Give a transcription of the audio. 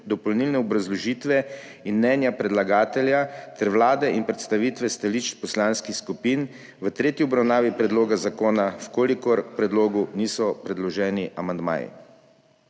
dopolnilne obrazložitve in mnenja predlagatelja ter Vlade in predstavitve stališč poslanskih skupin v tretji obravnavi predloga zakona, če k predlogu niso predloženi amandmaji.